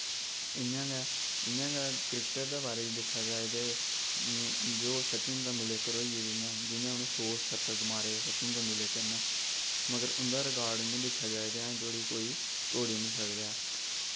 इयां गै क्रिकेटर दे बारे च दिक्खेआ जा ते जो सचिन तेंदुलकर होइये जियां उनें सौ शतक मारे सचिन तेंदुलकर नै इयां मगर उंदा रिकार्ड दिक्खेआ जा कोई त्रोड़ी निं सकदा ऐ